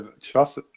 Trust